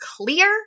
clear